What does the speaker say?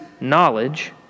knowledge